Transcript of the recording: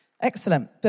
Excellent